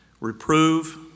reprove